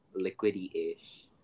liquidy-ish